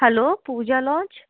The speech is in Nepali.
hello Puja lodge